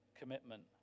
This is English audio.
commitment